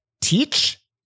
teach